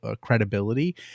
credibility